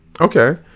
okay